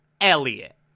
Elliot